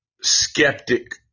skeptic